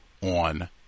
on